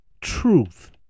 truth